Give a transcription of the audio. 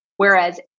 Whereas